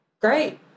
great